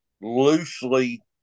loosely